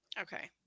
Okay